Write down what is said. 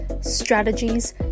strategies